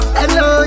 Hello